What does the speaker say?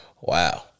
Wow